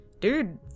Dude